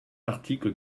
article